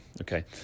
okay